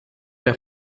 der